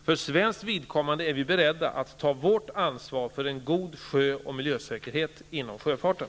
För svenskt vidkommande är vi beredda att ta vårt ansvar för en god sjö och miljösäkerhet inom sjöfarten.